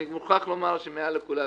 אני מוכרח לומר שמעל לכולם,